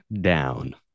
down